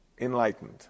enlightened